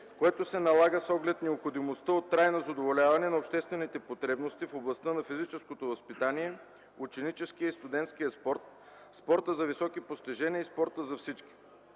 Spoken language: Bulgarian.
което се налага с оглед необходимостта от трайно задоволяване на обществените потребности в областта на физическото възпитание, ученическия и студентския спорт, спорта за високи постижения и спорта за всички.